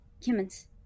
humans